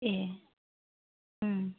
ए